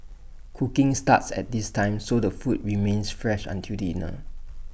cooking starts at this time so the food remains fresh until dinner